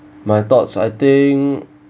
my thoughts I think